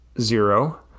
zero